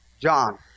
John